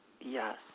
Yes